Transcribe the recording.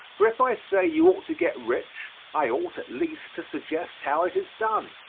for if i say you ought to get rich, i ought, at least, to suggest how it is done.